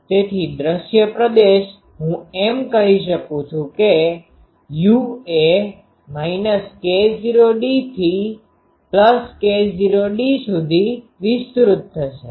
તેથી દ્રશ્ય પ્રદેશ હું એમ કહી શકું છું કે u એ k0dથી k0d સુધી વિસ્તૃત થશે